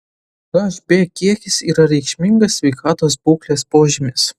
hb kiekis yra reikšmingas sveikatos būklės požymis